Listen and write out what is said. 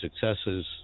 successes